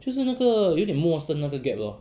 就是那个有点陌生那个 gap lor